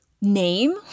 name